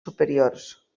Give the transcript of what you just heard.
superiors